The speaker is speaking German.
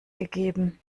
gegeben